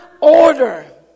order